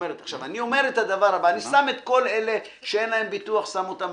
אני אומר את הדבר הבא: אני שם את כל אלה שאין להם ביטוח בצד,